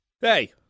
Hey